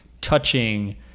touching